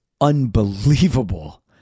Unbelievable